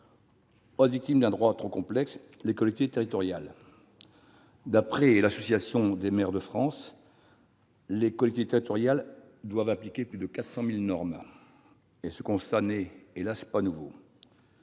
Autres victimes d'un droit trop complexe : les collectivités territoriales. D'après l'Association des maires de France, ces dernières doivent appliquer plus de 400 000 normes. Ce constat n'est- hélas ! -pas nouveau.